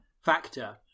factor